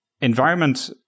environment